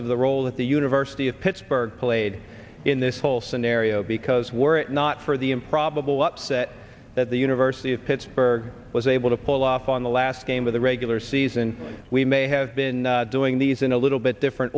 of the role that the university of pittsburgh played in this whole scenario because we're not for the improbable upset that the university of pittsburgh was able to pull off on the last game of the regular season we may have been doing these in a little bit different